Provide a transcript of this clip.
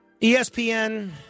ESPN